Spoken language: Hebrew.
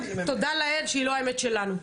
תודה לאל שהיא לא האמת שלנו.